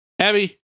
Abby